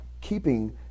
keeping